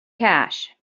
cash